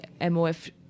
MOF